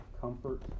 comfort